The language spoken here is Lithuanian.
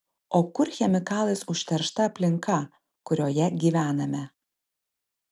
o kur chemikalais užteršta aplinka kurioje gyvename